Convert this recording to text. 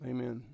Amen